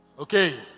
Okay